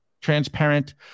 transparent